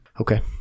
Okay